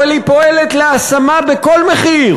אבל היא פועלת להשמה בכל מחיר,